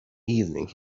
evening